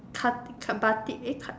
ka~ batik eh ka~